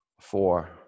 four